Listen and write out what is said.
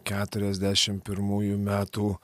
keturiasdešim pirmųjų metų